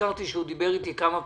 נזכרתי שהוא דיבר אתי כמה פעמים,